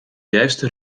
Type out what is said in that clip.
juiste